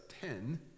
ten